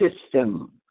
system